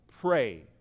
pray